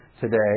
today